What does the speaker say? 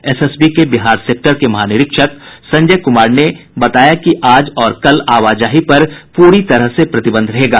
SSB के Bihar sector के महानिरीक्षक संजय कुमार ने बताया कि आज और कल आवाजाही पर प्ररी तरह से प्रतिबंध रहेगा